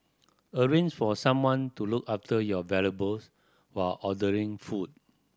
arrange for someone to look after your valuables while ordering food